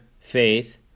faith